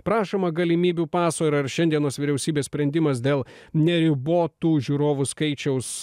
prašoma galimybių paso ir ar šiandienos vyriausybės sprendimas dėl neribotų žiūrovų skaičiaus